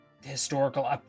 historical